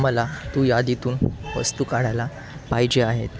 मला तू यादीतून वस्तू काढायला पाहिजे आहेत